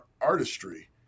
artistry